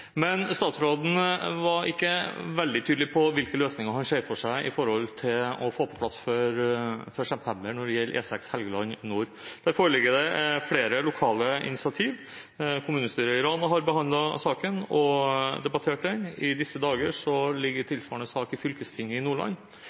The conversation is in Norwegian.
Statsråden var ikke veldig tydelig på hvilke løsninger han ser for seg for å få på plass før september det som gjelder E6 Helgeland nord. Her foreligger det flere lokale initiativ. Kommunestyret i Rana har behandlet saken og debattert den. I disse dager ligger tilsvarende sak i fylkestinget i Nordland.